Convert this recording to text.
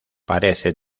parece